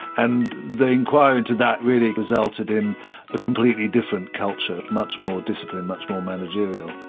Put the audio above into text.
and the enquiry into that really resulted in a completely different culture, much more disciplined, much more managerial.